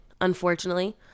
unfortunately